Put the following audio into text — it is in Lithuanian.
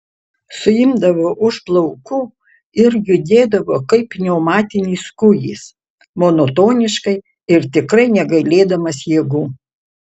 suimdavo už plaukų ir judėdavo kaip pneumatinis kūjis monotoniškai ir tikrai negailėdamas jėgų